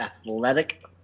Athletic